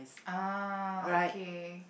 ah okay